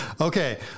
Okay